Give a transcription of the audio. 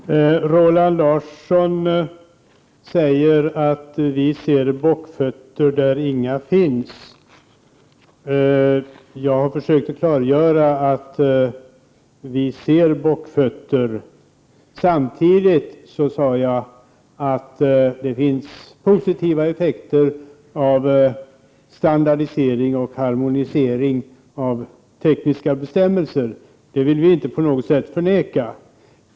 Herr talman! Roland Larsson säger att vi ser bockfötter där inga finns. Jag försökte klargöra att vi ser bockfötter, samtidigt som jag sade att det finns positiva effekter av standardisering och harmonisering av tekniska bestämmelser — det vill jag inte på något sätt förneka.